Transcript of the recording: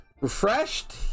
refreshed